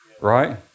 right